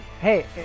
Hey